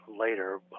later